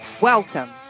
Welcome